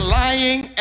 lying